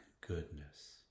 goodness